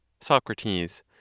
Socrates